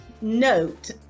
Note